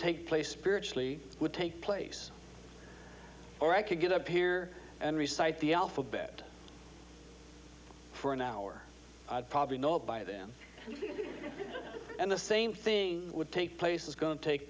take place spiritually would take place or i could get up here and recites the alphabet for an hour i'd probably know it by then and the same thing would take place is going to take